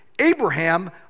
Abraham